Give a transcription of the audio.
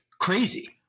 crazy